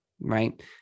right